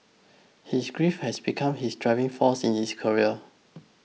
his grief had become his driving force in his career